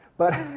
but